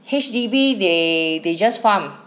H_D_B they they just farm